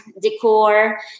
decor